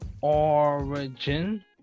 origin